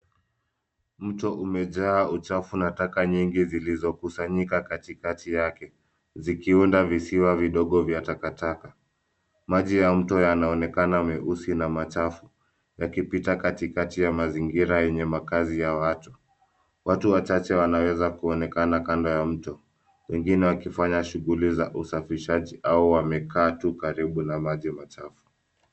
Mto umejaa uchafu na taka nyingi zilizokusanyika katikati yake, zikiunda visiwa vidogo vya takataka. Maji ya mto yanaonekana meusi na machafu, yakipita katikati ya mazingira yenye makaazi ya watu. Watu wachache wanaweza kuonekana kando ya mto, wengine wakifanya shughuli za usafishaji au wamekaa tu karibu na maji machafu.